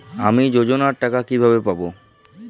আমি যোজনার টাকা কিভাবে পাবো?